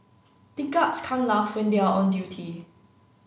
the guards can't laugh when they are on duty